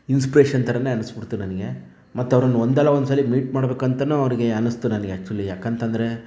inspiration ಥರಾನೇ ಅನ್ನಿಸ್ಬಿಡ್ತು ನನಗೆ ಮತ್ತೆ ಅವರನ್ನು ಒಂದಲ್ಲ ಒಂದ್ಸಲಿ ಮೀಟ್ ಮಾಡ್ಬೇಕು ಅಂತಾನು ಅವರಿಗೆ ಅನ್ನಿಸ್ತು ನನಗೆ ಆ್ಯಕ್ಚುವಲಿ ಯಾಕೆ ಅಂತಂದರೆ